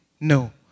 No